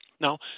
Now